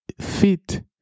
fit